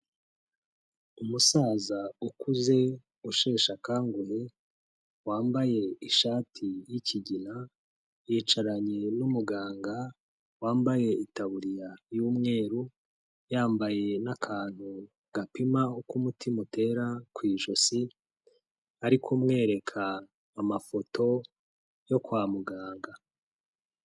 Umusaza ukuze usheshe akanguhe, wambaye ishati y'ikigina, yicaranye n'umuganga wambaye itaburiya y'umweru, yambaye n'akantu gapima uko umutima utera ku ijosi, ari kumwereka amafoto yo kwa muganga.